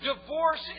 Divorce